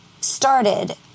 started